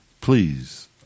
please